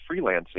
freelancing